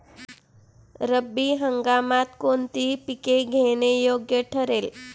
रब्बी हंगामात कोणती पिके घेणे योग्य ठरेल?